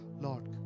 Lord